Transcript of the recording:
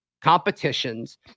competitions